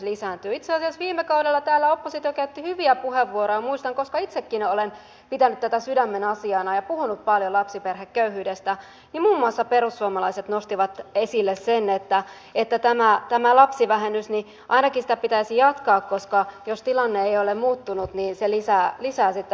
itse asiassa viime kaudella täällä oppositio käytti hyviä puheenvuoroja muistan koska itsekin olen pitänyt tätä sydämenasiana ja puhunut paljon lapsiperheköyhyydestä ja muun muassa perussuomalaiset nostivat esille sen että ainakin tätä lapsivähennystä pitäisi jatkaa koska jos tilanne ei ole muuttunut niin se lisää sitten lapsiperheköyhyyttä